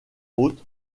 haute